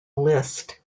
list